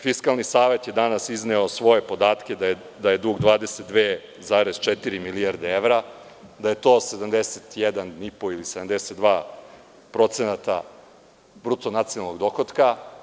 Fiskalni savet je danas izneo svoje podatke da je dug 22,4 milijarde evra, da je to 71,5% ili 72% bruto nacionalnog dohotka.